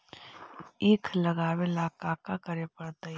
ईख लगावे ला का का करे पड़तैई?